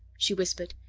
she whispered.